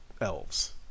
elves